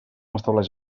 estableix